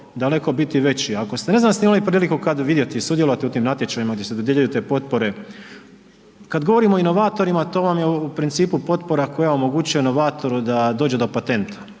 daleko biti veći. Ako, ne znam jel ste imali kad priliku vidjeti i sudjelovati u tim natječajima gdje se dodjeljuju te potpore. Kad govorimo o inovatorima to vam je u principu potpora koja omogućuje inovatoru da dođe do patenta,